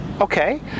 Okay